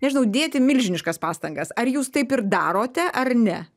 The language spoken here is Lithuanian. nežinau dėti milžiniškas pastangas ar jūs taip ir darote ar ne